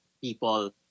people